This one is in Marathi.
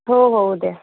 हो हो उद्या